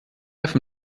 noch